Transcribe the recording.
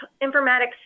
informatics